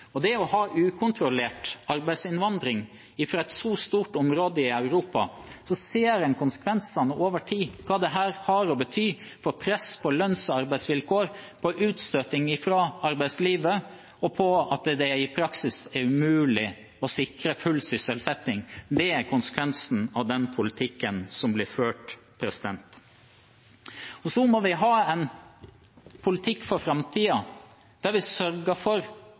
det gjelder å ha en ukontrollert arbeidsinnvandring fra et så stort område i Europa, ser en konsekvensene over tid og hva dette betyr for press på lønns- og arbeidsvilkår, for utstøting fra arbeidslivet, og at det i praksis er umulig å sikre full sysselsetting. Det er konsekvensen av den politikken som blir ført. Så må vi ha en politikk for framtiden der vi sørger for